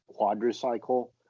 quadricycle